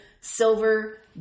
silver